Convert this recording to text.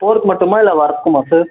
போகிறதுக்கு மட்டுமா இல்லை வரத்துக்குமா சார்